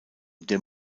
der